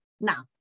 Now